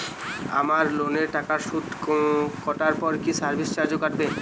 আমার লোনের টাকার সুদ কাটারপর কি সার্ভিস চার্জও কাটবে?